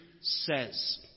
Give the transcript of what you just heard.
says